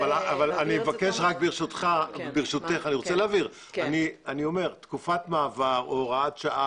אני רוצה להבהיר: תקופת מעבר או הוראת שעה,